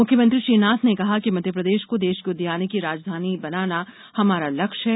मुख्यमंत्री श्री नाथ ने कहा कि मध्यप्रदेश को देश की उद्यानिकी राजधानी बनाना हमारा लक्ष्य है